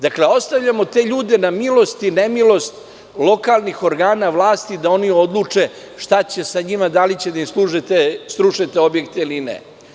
Dakle, ostavljamo te ljude na milost i nemilost lokalnih organa vlasti da oni odluče šta će sa njima, da li ćete da im srušite objekte ili ne.